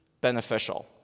beneficial